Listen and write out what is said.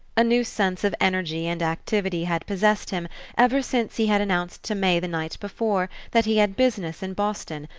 a new sense of energy and activity had possessed him ever since he had announced to may the night before that he had business in boston,